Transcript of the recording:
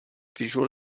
visual